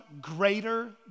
greater